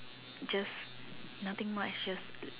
just nothing much just